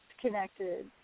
connected